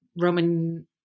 Roman